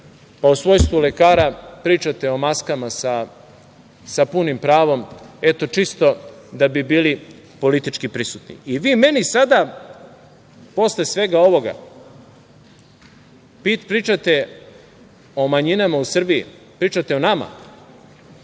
pa u svojstvu lekara pričate o maskama sa punim pravom, eto čisto da bi bili politički prisutni.I vi meni sada, posle svega ovoga, pričate o manjinama u Srbiji, pričate o nama,